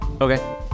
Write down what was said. okay